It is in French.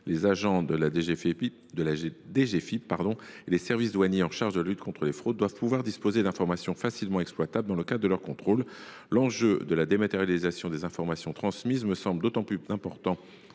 Les agents de la DGFiP et les services douaniers chargés de la lutte contre les fraudes doivent pouvoir disposer d’informations facilement exploitables dans le cadre de leurs contrôles. La dématérialisation des informations transmises me semble d’autant plus importante